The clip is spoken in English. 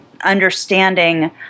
understanding